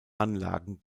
anlagen